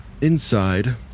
Inside